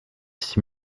six